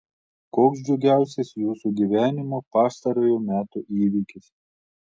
koks džiugiausias jūsų gyvenimo pastarojo meto įvykis